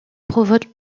provoque